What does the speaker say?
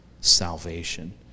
salvation